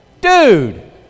dude